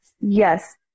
Yes